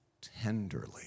tenderly